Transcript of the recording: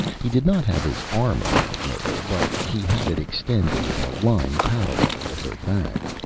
he did not have his arm around myrtle, but he had it extended in a line parallel with her back.